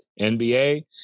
NBA